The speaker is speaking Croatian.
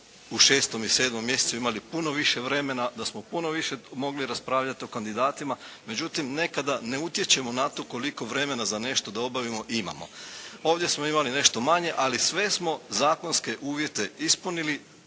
u 6. i 7. mjesecu imali puno više vremena, da smo puno više mogli raspravljati o kandidatima, međutim nekada ne utječemo na to koliko vremena za nešto da obavimo imamo. Ovdje smo imali nešto manje, ali sve smo zakonske uvjete ispunili,